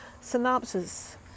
Synopsis